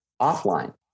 offline